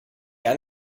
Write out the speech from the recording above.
han